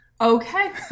Okay